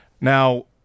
Now